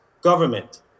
government